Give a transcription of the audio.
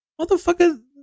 motherfucker